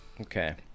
Okay